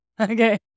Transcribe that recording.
Okay